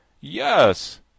Yes